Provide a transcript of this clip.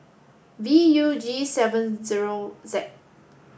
V U G seven zero Z